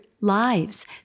lives